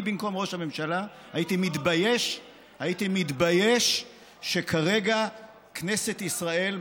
אני במקום ראש הממשלה הייתי מתבייש שכרגע כנסת ישראל,